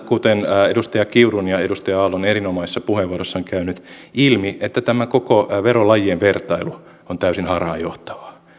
kuten edustaja kiurun ja edustaja aallon erinomaisissa puheenvuoroissa on käynyt ilmi että tämä koko verolajien vertailu on täysin harhaanjohtavaa